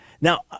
Now